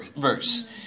verse